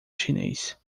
chinês